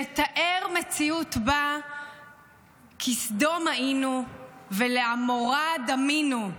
שמתאר מציאות שבה "כסדם היינו ולעמורה דמינו.